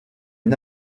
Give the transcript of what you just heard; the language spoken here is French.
une